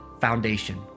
foundation